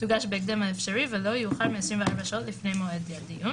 תוגש בהקדם האפשרי ולא יאוחר מ־24 שעות לפני מועד הדיון,